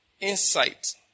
insight